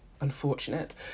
unfortunate